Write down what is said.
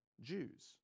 Jews